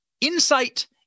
insight